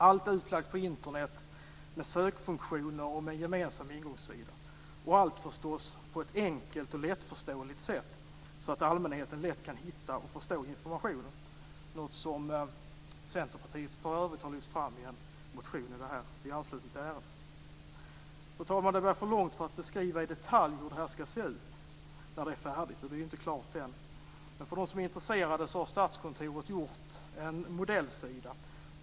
Allt utlagt på Internet med sökfunktioner och gemensam ingångssida, och allt på ett enkelt och lättförståeligt sätt så att allmänheten kan hitta och förstå informationen. Det är för övrigt något som Centerpartiet har lyft fram i en motion i anslutning till ärendet. Fru talman! Det bär för långt att beskriva i detalj hur det skall se ut när det är färdigt. Det är inte klart än, men för dem som är intresserade har Statskontoret gjort en modellsida.